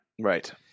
Right